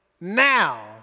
Now